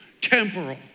temporal